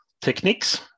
techniques